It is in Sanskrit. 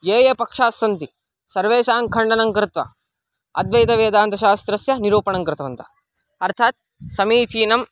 ये ये पक्षास्सन्ति सर्वेषां खण्डनङ्कृत्वा अद्वैदवेदान्तशास्त्रस्य निरूपणं कृतवन्तः अर्थात् समीचीनं